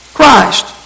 Christ